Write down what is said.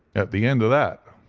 at the end of that,